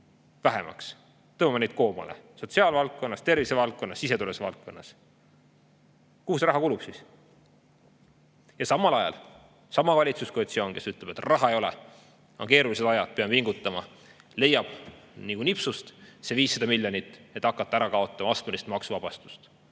vähemaks, tõmbame neid koomale sotsiaalvaldkonnas, tervisevaldkonnas, siseturvalisuse valdkonnas. Kuhu see raha siis kulub? Samal ajal sama valitsuskoalitsioon, kes ütleb, et raha ei ole, et on keerulised ajad ja peame pingutama, leiab nagu nipsust 500 miljonit, et hakata ära kaotama astmelist maksuvabastust.